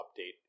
update